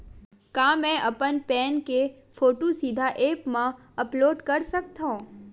का मैं अपन पैन के फोटू सीधा ऐप मा अपलोड कर सकथव?